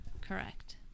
Correct